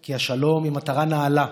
כי השלום הוא מטרה נעלה.